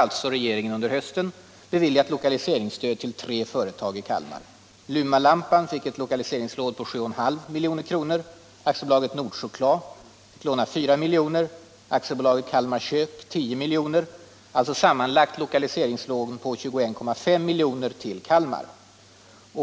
Därför har regeringen under hösten beviljat lokaliseringsstöd till tre företag i gionen